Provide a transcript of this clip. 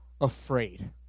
afraid